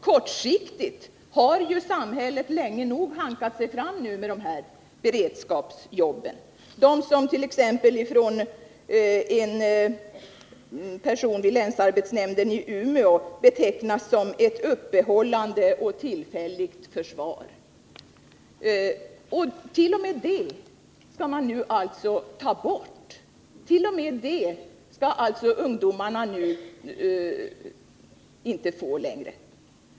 Kortsiktigt har ju samhället länge nog hankat sig fram med de här beredskapsjobben — t.ex. de som av en person vid länsarbetsnämnden i Umeå betecknats som ett uppehållande och tillfälligt försvar. T. o. m. det skall man nu alltså ta bort; inte ens det skall ungdomarna få längre.